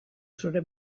zure